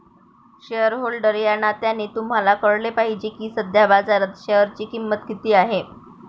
shareholder या नात्याने तुम्हाला कळले पाहिजे की सध्या बाजारात शेअरची किंमत किती आहे